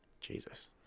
jesus